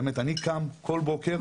אני קם כל בוקר,